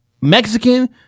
Mexican